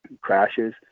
crashes